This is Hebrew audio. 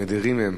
נדירים הם,